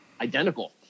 identical